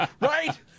Right